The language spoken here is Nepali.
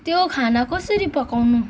त्यो खाना कसरी पकाउनु